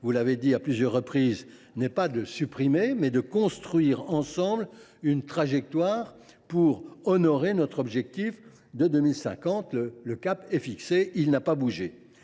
vous l’avez rappelé à plusieurs reprises – est non pas de supprimer le ZAN, mais de construire ensemble une trajectoire pour honorer notre objectif de 2050. Le cap est fixé ; il n’a pas varié.